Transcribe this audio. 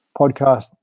podcast